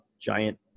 giant